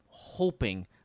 Hoping